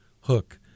hook